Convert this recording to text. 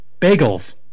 bagels